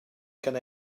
can